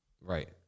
Right